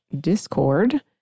discord